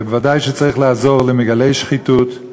ובוודאי שצריך לעזור למגלי שחיתות.